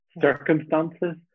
circumstances